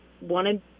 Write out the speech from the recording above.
wanted